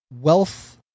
wealth